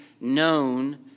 known